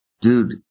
Dude